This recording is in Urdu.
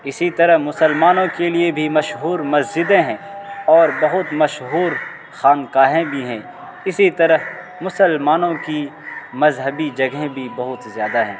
اسی طرح مسلمانوں کے لیے بھی مشہور مسجدیں ہیں اور بہت مشہور خانقاہیں بھی ہیں اسی طرح مسلمانوں کی مذہبی جگہیں بھی بہت زیادہ ہیں